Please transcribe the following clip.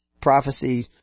prophecy